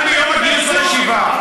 גם ביום הגיוס לישיבה.